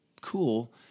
cool